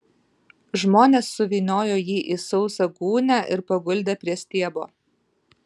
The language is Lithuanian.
žmonės suvyniojo jį į sausą gūnią ir paguldė prie stiebo